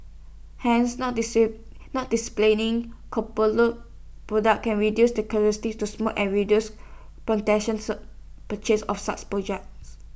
hence not not displaying products can reduce the curiosity to smoke and reduce spontaneous purchases of such projects